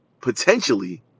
potentially